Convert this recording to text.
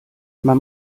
man